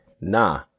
nah